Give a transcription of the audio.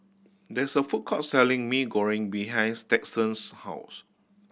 there is a food court selling Mee Goreng behind Stetson's house